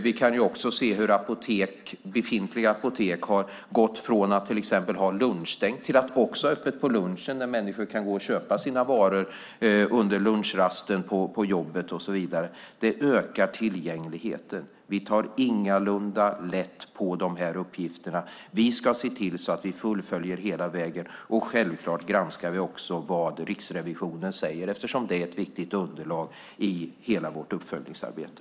Vi kan också se hur befintliga apotek har gått från att till exempel ha lunchstängt till att ha öppet på lunchen när människor kan gå och köpa sina varor under lunchrasten från jobbet och så vidare. Det ökar tillgängligheten. Vi tar ingalunda lätt på de här uppgifterna Vi ska se till att vi fullföljer hela vägen. Självfallet granskar vi också vad Riksrevisionen säger eftersom det är ett viktigt underlag i hela vårt uppföljningsarbete.